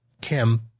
Kim